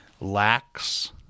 lacks